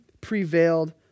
prevailed